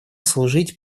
служить